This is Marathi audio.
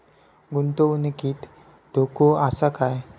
गुंतवणुकीत धोको आसा काय?